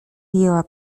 jęła